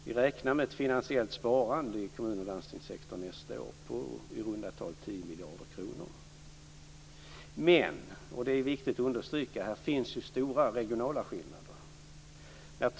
Vi räknar med ett finansiellt sparande i kommun och landstingssektorn nästa år på i runda tal 10 miljarder kronor. Men här finns stora regionala skillnader, och det är viktigt att understryka.